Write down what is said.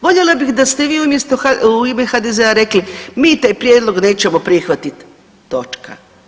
Voljela bih da ste vi u ime HDZ-a rekli mi taj prijedlog nećemo prihvatiti, točka.